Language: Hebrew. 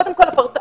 קודם כל,